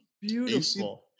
Beautiful